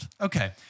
okay